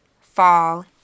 fall